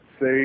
Say